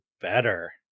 better